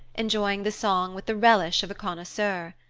enjoying the song with the relish of a connoisseur.